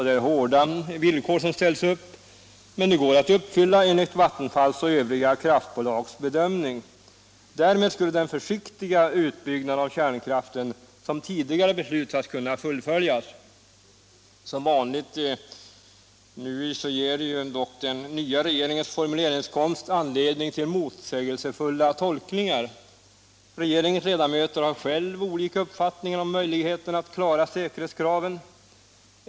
Det är hårda villkor som ställs upp, men enligt Vattenfalls och kraftbolagens bedömningar går de att uppfylla. Därmed skulle den försiktiga utbyggnad av kärnkraften som tidigare beslutats kunna fullföljas. Som vanligt ger dock den nya regeringens formuleringskonst anledning till motsägande tolkningar. Regeringens ledamöter har själva olika uppfattningar om möjligheterna att klara säkerhetskraven.